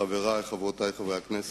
חברי וחברותי חברי הכנסת,